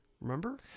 Remember